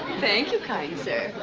thank you, kind sir.